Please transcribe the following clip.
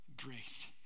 grace